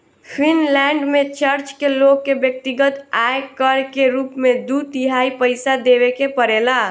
Finland में church के लोग के व्यक्तिगत आय कर के रूप में दू तिहाई पइसा देवे के पड़ेला